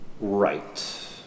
Right